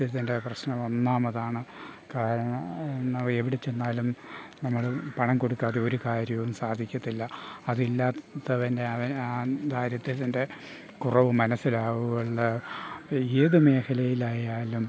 ദാരിദ്ര്യത്തിൻ്റെ പ്രശ്നം ഒന്നാമതാണ് കാരണം ഇന്നവയെ എവിടെ ചെന്നാലും നമ്മൾ പണം കൊടുക്കാതെ ഒരു കാര്യവും സാധിക്കത്തില്ല അതില്ലാത്തവൻ അവന് ദാരിദ്ര്യത്തിൻ്റെ കുറവ് മനസ്സിലാവുകയുള്ളു ഏത് മേഖലയിലായാലും